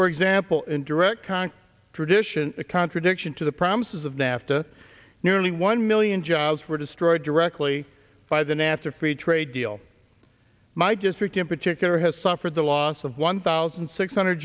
for example in direct contact tradition a contradiction to the promises of nafta nearly one million jobs were destroyed directly by the nafta free trade deal might just work in particular has suffered the loss of one thousand six hundred